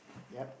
yup